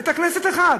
בית-כנסת אחד.